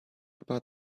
about